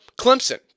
Clemson